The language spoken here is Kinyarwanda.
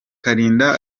kalinda